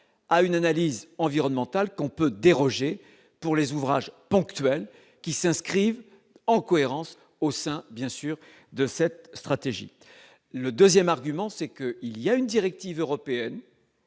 à une analyse environnementale qu'on peut déroger pour les ouvrages ponctuelles qui s'inscrivent en cohérence au sein bien sûr de cette stratégie, le 2ème argument, c'est qu'il y a une directive européenne